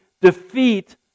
defeat